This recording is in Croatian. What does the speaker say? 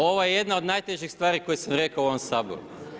Ovo je jedna od najtežih stvari koje sam rekao u ovom Saboru.